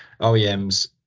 OEMs